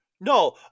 No